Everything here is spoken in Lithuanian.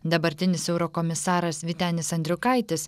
dabartinis eurokomisaras vytenis andriukaitis